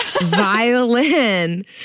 violin